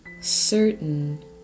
Certain